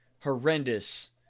horrendous